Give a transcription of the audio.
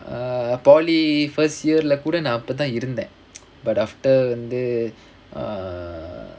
err polytechnic first year lah கூட நா அப்பதா இருந்தேன்:kooda naa appathaa irunthaen but after வந்து:vanthu uh